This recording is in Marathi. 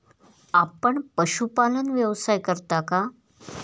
आपण पशुपालन व्यवसाय करता का?